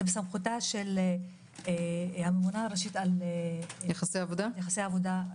זה בסמכותה של הממונה הראשית על יחסי עבודה,